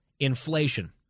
Inflation